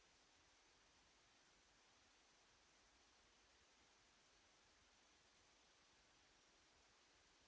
Grazie,